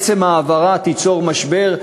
עצם ההעברה תיצור משבר,